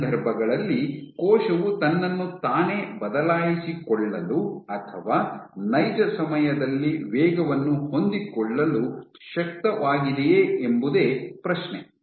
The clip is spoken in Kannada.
ಈ ಸಂದರ್ಭಗಳಲ್ಲಿ ಕೋಶವು ತನ್ನನ್ನು ತಾನೇ ಬದಲಾಯಿಸಿಕೊಳ್ಳಲು ಅಥವಾ ನೈಜ ಸಮಯದಲ್ಲಿ ವೇಗವನ್ನು ಹೊಂದಿಕೊಳ್ಳಲು ಶಕ್ತವಾಗಿದೆಯೇ ಎಂಬುದೇ ಪ್ರಶ್ನೆ